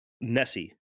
Nessie